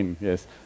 yes